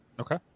Okay